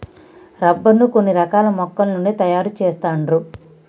rubber ను కొన్ని రకాల మొక్కల నుండి తాయారు చెస్తాండ్లు